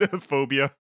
phobia